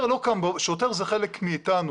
שוטר זה חלק מאיתנו,